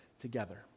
together